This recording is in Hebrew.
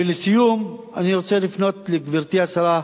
ולסיום אני רוצה לפנות לגברתי השרה,